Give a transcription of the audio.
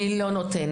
היא לא נותנת.